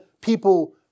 people